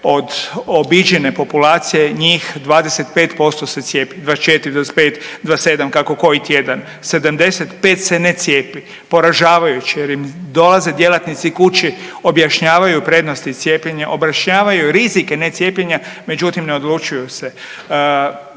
od obiđene populacije njih 25% se cijepi, 24, 25, 27 kako koji tjedan. 75 se ne cijepi. Poražavajuće jer im dolaze djelatnici kući objašnjavaju prednosti cijepljenja, objašnjavaju rizike ne cijepljenja međutim ne odlučuju se.